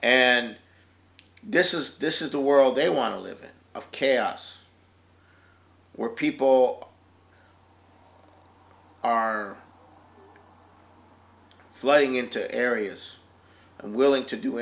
and this is this is the world they want to live in of chaos where people are flooding into areas and willing to do